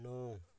नौ